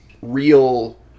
real